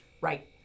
right